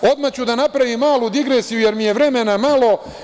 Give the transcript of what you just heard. Odmah ću da napravim malu digresiju, jer mi je vremena malo.